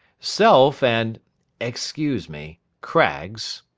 self and excuse me craggs